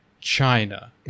China